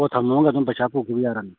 ꯄꯣꯠ ꯊꯝꯃꯝꯃꯒ ꯑꯗꯨꯝ ꯄꯩꯁꯥ ꯄꯨꯈꯤꯕ ꯌꯥꯔꯅꯤ